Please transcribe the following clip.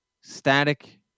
static